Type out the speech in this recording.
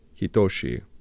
Hitoshi